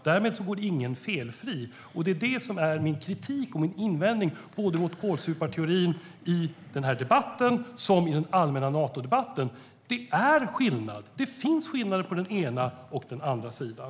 Därmed inte sagt att någon går felfri, men min kritik och min invändning mot kålsuparteorin både i den här debatten och i den allmänna Natodebatten är att det är skillnad! Det finns skillnader mellan den ena och den andra sidan.